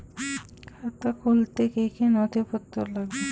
খাতা খুলতে কি কি নথিপত্র লাগবে?